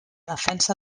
defensa